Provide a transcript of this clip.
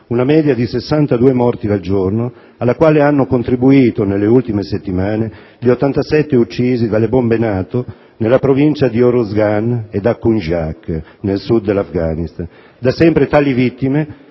Una media di 62 morti al giorno, alla quale hanno contribuito, nelle ultime settimane, gli 87 uccisi dalle bombe NATO nella provincia di Oruzgan e a Kunjak, nel Sud dell'Afghanistan. Da sempre tali vittime